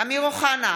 אמיר אוחנה,